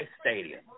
Stadium